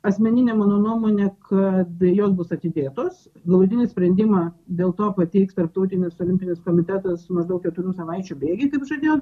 asmenine mano nuomone kad jos bus atidėtos galutinį sprendimą dėl to pateiks tarptautinis olimpinis komitetas maždaug keturių savaičių bėgy kaip žadėjo